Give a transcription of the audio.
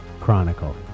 Chronicle